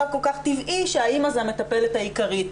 כל כך טבעי שהאימא היא המטפלת העיקרית.